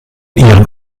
ihren